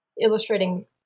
illustrating